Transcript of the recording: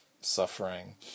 suffering